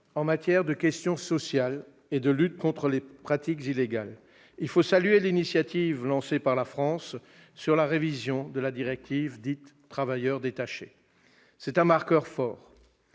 en matière de questions sociales et de luttes contre les pratiques illégales, il faut saluer l'initiative lancée par la France sur la révision de la directive dite « Travailleurs détachés ». C'est un marqueur fort.